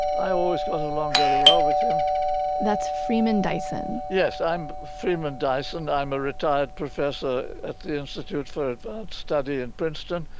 i always got along very well with him that's freeman dyson yes, i'm freeman dyson. i'm a retired professor at the institute for advanced study in princeton.